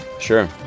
Sure